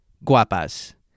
guapas